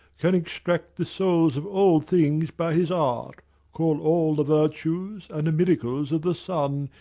can extract the souls of all things by his art call all the virtues, and the miracles of the sun,